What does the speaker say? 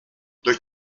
durch